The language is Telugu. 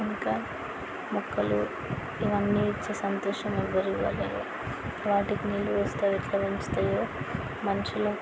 ఇంకా మొక్కలు ఇవన్నీ ఇచ్చే సంతోషం ఎవరు ఇవ్వలేరు వాటికి నీళ్ళు పోస్తే అవి ఎట్లా పెంచుతాయో మనుషులం